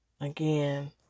Again